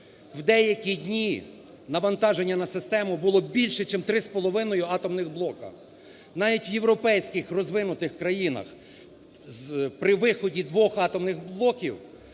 В деякі дні навантаження на систему було більше, чим 3,5 атомних блоки. Навіть в європейських розвинутих країнах при виході двох атомних блоків